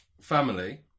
family